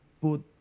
put